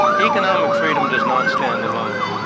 economic freedom does not stand alone.